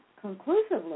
conclusively